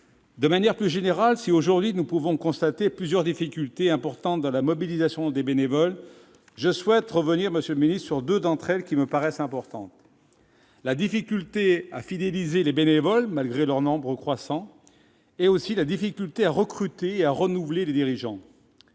De manière plus générale, si, aujourd'hui, nous pouvons constater plusieurs difficultés importantes dans la mobilisation bénévole, je souhaite revenir sur deux d'entre elles qui me paraissent importantes : la difficulté à fidéliser les bénévoles, malgré leur nombre croissant, d'une part ; la difficulté à recruter et à renouveler les dirigeants,